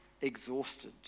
exhausted